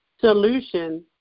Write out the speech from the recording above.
solution